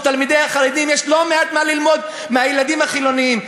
לילדי החרדים יש לא מעט מה ללמוד מהילדים החילונים.